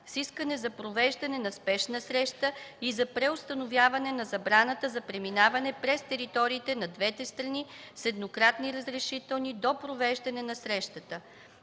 с искане за провеждане на спешна среща и за преустановяване на забраната за преминаване през териториите на двете страни с еднократни разрешителни до провеждане на срещата.